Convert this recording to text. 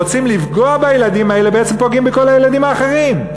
וכשרוצים לפגוע בילדים האלה בעצם פוגעים בכל הילדים האחרים.